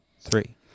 three